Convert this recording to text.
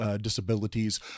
Disabilities